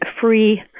free